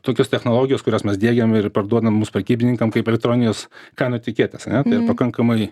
tokios technologijos kurias mes diegiam ir parduodam mūsų prekybininkam kaip elektronines kainų etiketes ane tai yra pakankamai